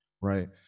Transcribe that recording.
right